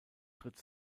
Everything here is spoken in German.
tritt